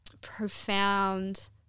profound